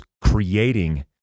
creating